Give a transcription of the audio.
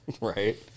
Right